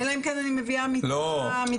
אלא אם כן, אני מביאה מיטה מתגלגלת.